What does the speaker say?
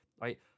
right